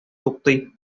туктый